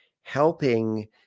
helping